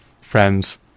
friends